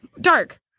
Dark